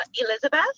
Elizabeth